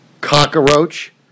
Cockroach